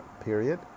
period